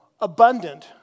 abundant